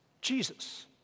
Jesus